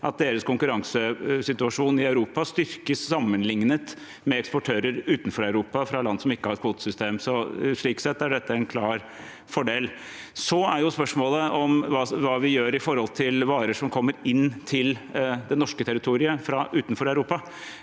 at deres konkurransesituasjon i Europa styrkes overfor eksportører fra utenfor Europa, fra land som ikke har et kvotesystem. Slik sett er dette en klar fordel. Det andre er spørsmålet om hva vi gjør med tanke på varer som kommer inn til det norske territoriet fra utenfor Europa.